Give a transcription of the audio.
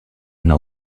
know